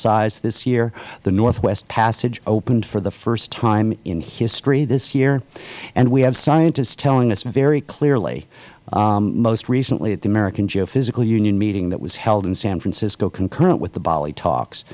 size this year the northwest passage opened for the first time in history this year and we have scientists telling us very clearly most recently at the american geophysical union meeting that was held in san francisco concurrent with the bali talks